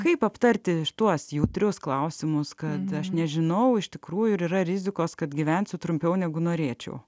kaip aptarti tuos jautrius klausimus kad aš nežinau iš tikrųjų yra rizikos kad gyvensiu trumpiau negu norėčiau